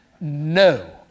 no